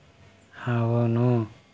అవును